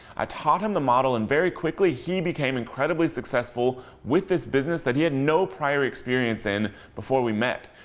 i taught him the model and very quickly he became and very successful with this business that he had no prior experience in before we met.